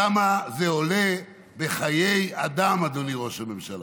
כמה זה עולה בחיי אדם, אדוני ראש הממשלה.